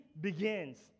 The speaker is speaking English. begins